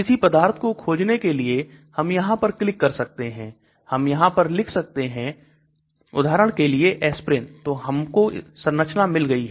किसी पदार्थ को खोजने के लिए हम यहां पर क्लिक कर सकते हैं हम यहां पर लिख सकते हैं उदाहरण के लिए Aspirin तो हमको संरचना मिल गई है